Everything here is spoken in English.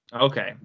Okay